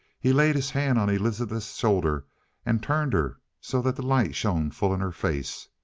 he laid his hand on elizabeth's shoulder and turned her so that the light shone full in her face.